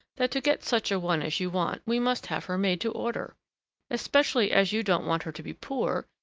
that to get such a one as you want we must have her made to order especially as you don't want her to be poor,